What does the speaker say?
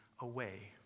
away